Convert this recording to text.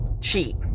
cheat